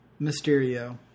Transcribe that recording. Mysterio